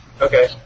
Okay